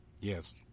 Yes